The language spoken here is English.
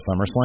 SummerSlam